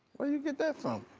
where you get that from?